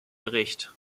bericht